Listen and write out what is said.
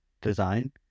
design